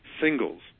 singles